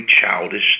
childish